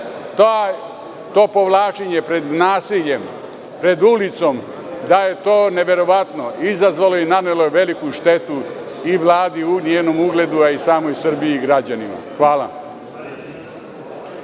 to povlačenje pred nasiljem, pred ulicom, da je to neverovatno. Izazvalo je i nanelo veliku štetu i Vladi i njenom ugledu, a i samoj Srbiji i građanima. Hvala.